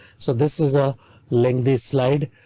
so this is a link this slide.